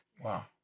wow